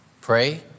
Pray